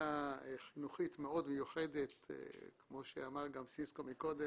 חינוכית מאוד מיוחדת כמו שאמר סיסקו מקודם.